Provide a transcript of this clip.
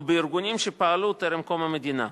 או בארגונים שפעלו טרם קום המדינה.